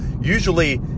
Usually